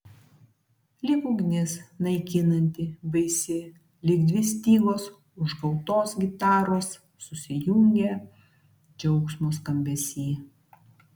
lyg ugnis naikinanti baisi lyg dvi stygos užgautos gitaros susijungę džiaugsmo skambesy